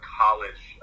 college